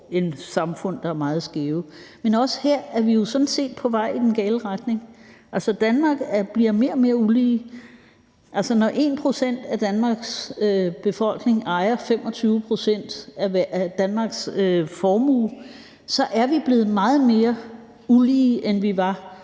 end samfund, der er meget skæve. Men også her er vi sådan set på vej i den gale retning. Danmark bliver mere og mere ulige. Når 1 pct. af Danmarks befolkning ejer 25 pct. af Danmarks formue, er vi blevet meget mere ulige, end vi var